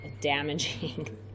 damaging